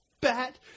bat